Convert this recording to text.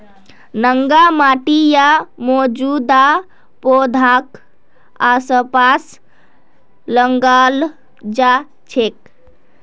नंगा माटी या मौजूदा पौधाक आसपास लगाल जा छेक